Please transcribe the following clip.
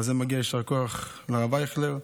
ועל זה מגיע יישר כוח לרב אייכלר,